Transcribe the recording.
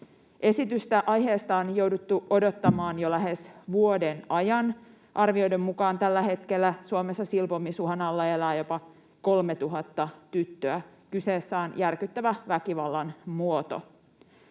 Esitystä aiheesta on jouduttu odottamaan jo lähes vuoden ajan. Arvioiden mukaan tällä hetkellä Suomessa elää silpomisuhan alla jopa 3 000 tyttöä. Kyseessä on järkyttävä väkivallan muoto.